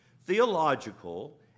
Theological